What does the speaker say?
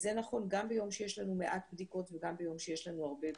וזה נכון גם ביום שיש לנו מעט בדיקות וגם ביום שיש לנו הרבה בדיקות.